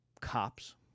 Cops